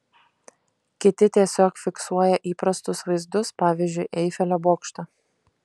kiti tiesiog fiksuoja įprastus vaizdus pavyzdžiui eifelio bokštą